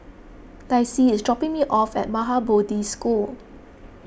Dicy is dropping me off at Maha Bodhi School